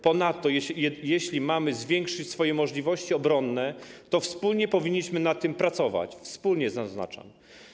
Ponadto jeśli mamy zwiększyć swoje możliwości obronne, to wspólnie powinniśmy nad tym pracować, wspólnie - zaznaczam.